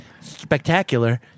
spectacular